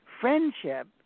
friendship